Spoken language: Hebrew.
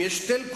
אם יש טלקום,